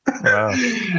Wow